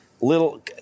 little